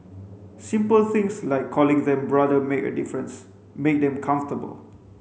simple things like calling them brother make a difference make them comfortable